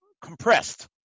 compressed